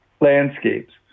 landscapes